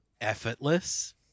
effortless